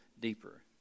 deeper